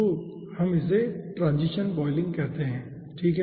तो इसे हम ट्रांजिशन बॉयलिंग कहते हैं ठीक है